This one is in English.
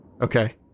Okay